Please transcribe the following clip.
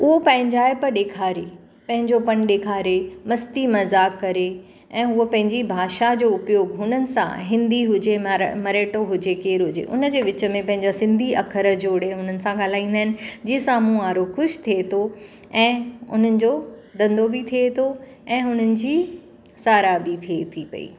उहो पंहिंजाइप ॾेखारी पंहिंजोपन ॾेखारे मस्ती मज़ाक़ करे ऐं उहा पंहिंजी भाषा जो उपयोग हुननि सां हिंदी हुजे मरेठो हुजे केर हुजे हुनजे वीच में पंहिंजा सिंधी अख़र जोड़े उन्हनि सां ॻाल्हाईंदा आहिनि जीअं साम्हूं वारो ख़ुशि थिए थो ऐं हुनजो धंधो बि थिए थो ऐं हुननि जी सारा बि थिए थी पेई